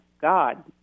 God